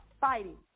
fighting